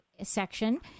section